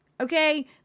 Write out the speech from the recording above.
Okay